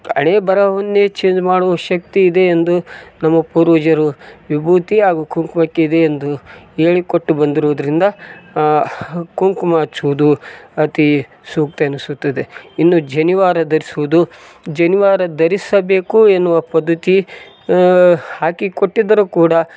ಹಣೆಬರವನ್ನೇ change ಮಾಡುವ ಶಕ್ತಿ ಇದೆ ಎಂದು ನಮ್ಮ ಪೂರ್ವಜರು ವಿಭೂತಿ ಹಾಗೂ ಕುಂಕುಮಕ್ಕೆ ಇದೆ ಎಂದು ಹೇಳಿಕೊಟ್ ಬಂದಿರುವುದರಿಂದ ಕುಂಕುಮ ಹಚ್ಚುವುದು ಅತಿ ಸೂಕ್ತ ಎನಿಸುತ್ತದೆ ಇನ್ನು ಜನಿವಾರ ಧರ್ಸುದು ಜನಿವಾರ ಧರಿಸಬೇಕು ಎನ್ನುವ ಪದ್ಧತಿ ಹಾಕಿಕೊಟ್ಟಿದ್ದರು ಕೂಡ